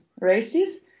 races